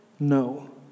No